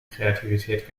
kreativität